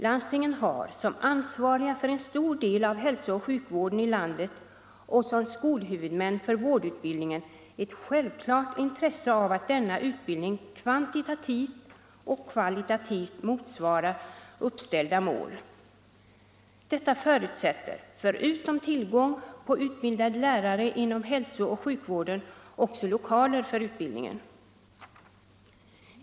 Landstingen har som ansvariga för en stor del av hälso-och sjukvården i landet och som skolhuvudmän för vårdutbildningen ett självklart intresse av att denna utbildning kvantitativt och kvalitativt motsvarar uppställda mål. Detta förutsätter förutom tillgång på utbildade lärare inom hälsooch sjukvården också lokaler för utbildningen.